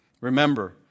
Remember